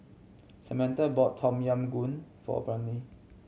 Samantha bought Tom Yam Goong for Brady